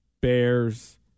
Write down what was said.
Bears